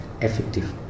effective